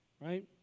right